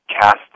cast